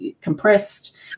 compressed